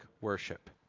worship